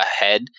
ahead